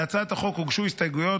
להצעת החוק הוגשו הסתייגויות,